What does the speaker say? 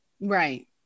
Right